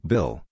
Bill